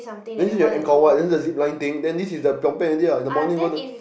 this is Angkor-Wat this is the zipline thing then this is the Phnom-Penh already [what] the morning will do